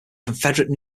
confederate